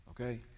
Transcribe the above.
Okay